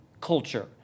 culture